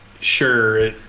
sure